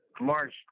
march